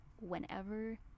whenever